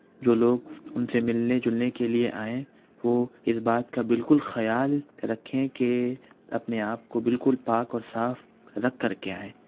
جو لوگ اُن سے مِلنے جلنے کے لیے آئیں وہ اِس بات کا بالکل خیال رکھیں کہ اپنے آپ کو بالکل پاک اور صاف رکھ کر کے آئیں